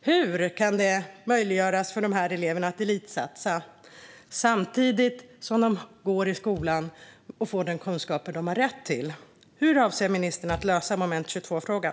Hur kan det möjliggöras för dessa elever att elitsatsa samtidigt som de går i skolan för att få de kunskaper som de har rätt till? Hur avser ministern att lösa moment 22-frågan?